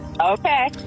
Okay